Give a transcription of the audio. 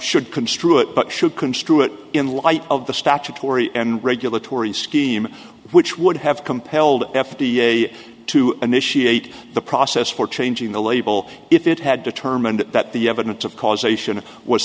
should construe it but should construe it in light of the statutory and regulatory scheme which would have compelled f d a to initiate the process for changing the label if it had determined that the evidence of causation was